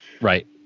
Right